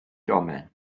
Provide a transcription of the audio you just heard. domen